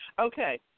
Okay